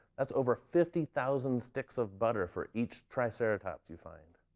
that's over fifty thousand sticks of butter for each triceratops you find.